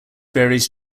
varies